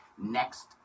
next